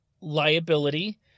liability